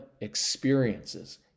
experiences